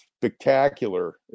spectacular